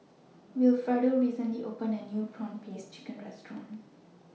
Wilfredo recently opened A New Prawn Paste Chicken Restaurant